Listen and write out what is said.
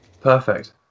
perfect